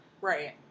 Right